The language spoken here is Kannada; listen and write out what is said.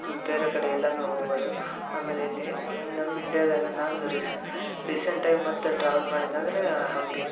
ಬೇರೆ ಕಡೆ ಎಲ್ಲಾರು ಹೋಗ್ಬೋದು ಆಮೇಲೆ ಇಲ್ಲಿ ನಮ್ಮ ಇಂಡಿಯಾದಾಗೆ ನಾನು ರೀಸ ರೀಸೆಂಟಾಗಿ ಮತ್ತೆ ಟ್ರಾವೆಲ್ ಮಾಡಿದ್ದು ಅಂದ್ರೆ ಹಂಪಿ